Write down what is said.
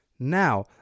Now